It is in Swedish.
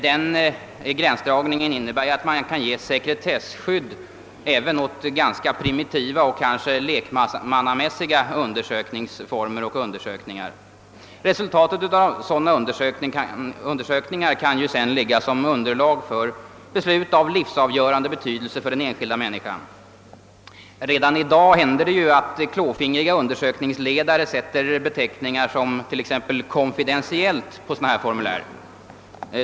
Den gränsdragningen innebär nämligen att man kan ge sekretesskydd även åt ganska primitiva och kanske lekmannamässiga undersökningsformer och undersökningar. Resultatet av sådana undersökningar kan sedan ligga som underlag för beslut av livsavgörande betydelse för den enskilda människan. Redan nu händer det att klåfingriga undersökningsledare sätter beteckningar som t.ex. »Konfidentiellt» på sådana formulär.